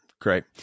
Great